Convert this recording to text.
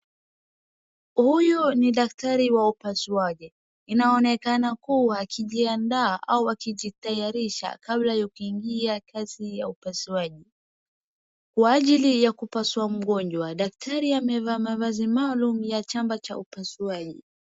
Huyu ni daktari wa upasuaji, inaonekana kuwa akijiandaa au akijitayarisha kabla ya kuingia katika kazi ya upasuaji. Kwa ajili ya kupasua mgonjwa, daktari amevaa mavazi maalum ya chamba cha upasuaji.